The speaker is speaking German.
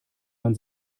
man